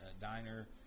diner